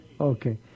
Okay